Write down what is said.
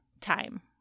time